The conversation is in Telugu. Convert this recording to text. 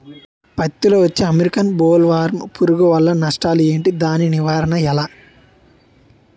పత్తి లో వచ్చే అమెరికన్ బోల్వర్మ్ పురుగు వల్ల నష్టాలు ఏంటి? దాని నివారణ ఎలా?